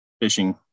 fishing